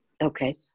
Okay